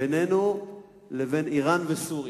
בינינו לבין אירן וסוריה.